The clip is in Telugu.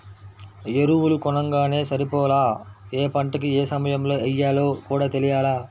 ఎరువులు కొనంగానే సరిపోలా, యే పంటకి యే సమయంలో యెయ్యాలో కూడా తెలియాల